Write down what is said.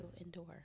endure